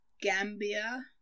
gambia